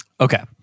Okay